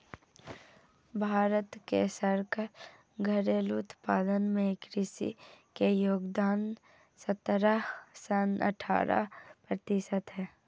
भारत के सकल घरेलू उत्पादन मे कृषि के योगदान सतरह सं अठारह प्रतिशत छै